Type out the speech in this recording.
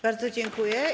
Bardzo dziękuję.